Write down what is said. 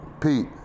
Pete